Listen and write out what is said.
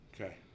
Okay